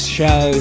show